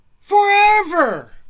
forever